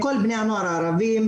מכל בני הנוער הערבים,